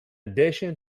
addition